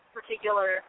particular